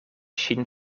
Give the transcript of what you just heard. ŝin